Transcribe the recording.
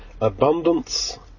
Abundance